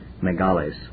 megales